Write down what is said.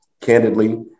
Candidly